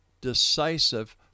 decisive